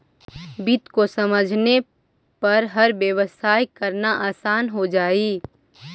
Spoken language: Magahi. वित्त को समझने पर हर व्यवसाय करना आसान हो जा हई